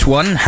one